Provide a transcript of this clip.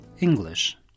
English